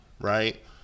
right